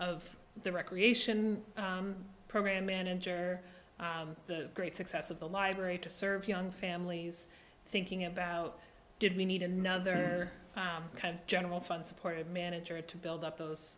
of the recreation program manager the great success of the library to serve young families thinking about did we need another kind of general fund supported manager to build up those